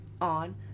on